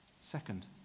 Second